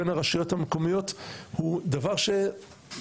שהוקם לפני כמה